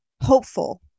hopeful